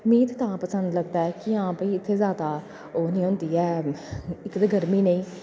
मिगी तां पसंद लगदा ऐ कि भाई इत्थै जैदा ओह् निं होंदी ऐ इक ते गर्मी नेईं